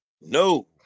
No